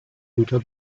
güter